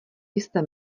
jste